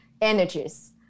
energies